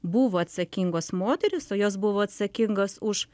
buvo atsakingos moterys o jos buvo atsakingos už